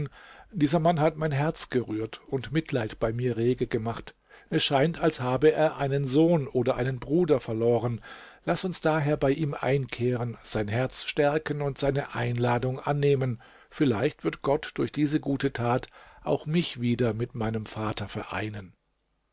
dieser mann hat mein herz gerührt und mitleid bei mir rege gemacht es scheint als habe er einen sohn oder einen bruder verloren laß uns daher bei ihm einkehren sein herz stärken und seine einladung annehmen vielleicht wird gott durch diese gute tat auch mich wieder mit meinem vater vereinen